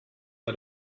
bei